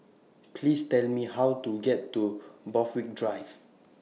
Please Tell Me How to get to Borthwick Drive